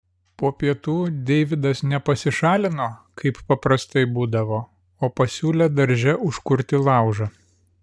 po pietų deividas ne pasišalino kaip paprastai būdavo o pasiūlė darže užkurti laužą